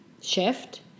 shift